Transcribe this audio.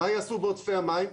מה יעשו בעודפי המים?